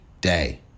Day